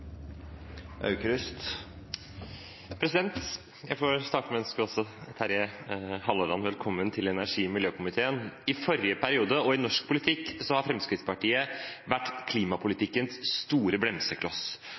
Jeg får vel starte med å ønske også Terje Halleland velkommen til energi- og miljøkomiteen! I forrige periode var Fremskrittspartiet – og i norsk politikk har Fremskrittspartiet vært